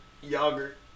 Yogurt